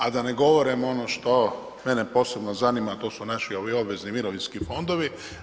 A da ne govorim ono što mene posebno zanima a to su naši obvezni mirovinski fondovi.